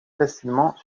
facilement